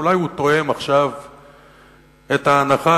שאולי הוא תואם עכשיו את ההנחה